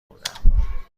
بودم